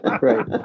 Right